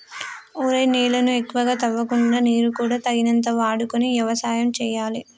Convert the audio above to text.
ఒరేయ్ నేలను ఎక్కువగా తవ్వకుండా నీరు కూడా తగినంత వాడుకొని యవసాయం సేయాలి